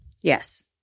Yes